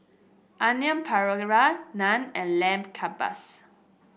Onion Naan and Lamb Kebabs